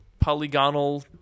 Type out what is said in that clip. Polygonal